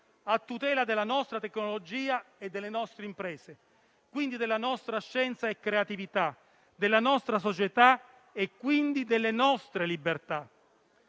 a tutela della nostra tecnologia e delle nostre imprese, della nostra scienza e creatività, della nostra società e, quindi, delle nostre libertà.